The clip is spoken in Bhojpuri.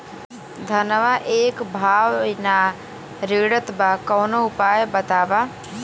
धनवा एक भाव ना रेड़त बा कवनो उपाय बतावा?